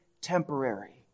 temporary